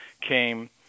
came